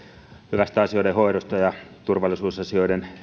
hyvästä asioiden hoidosta ja turvallisuusasioiden